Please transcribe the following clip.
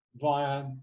via